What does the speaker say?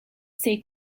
stay